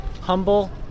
humble